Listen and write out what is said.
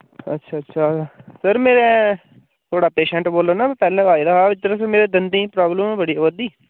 अच्छा अच्छा सर मेरे थुआढ़ा पेशेंट बोल्लै ना मैं पैह्ले बी आए दा हा दरअसल मेरे दन्दे प्राब्लम ऐ बड़ी होआ दी